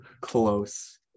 Close